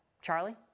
Charlie